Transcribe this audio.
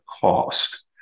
cost